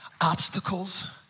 Obstacles